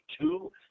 two